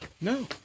No